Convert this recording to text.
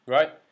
Right